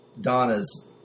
Donna's